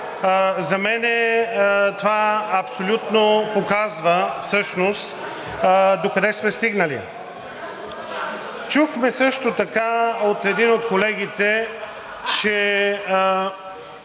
За мен това абсолютно показва всъщност докъде сме стигнали. Чухме също така от един от колегите, че